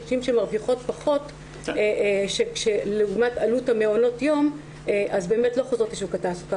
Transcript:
נשים שמרוויחות פחות לעומת עלות מעונות היום לא חוזרות לשוק התעסוקה.